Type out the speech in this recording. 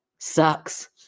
sucks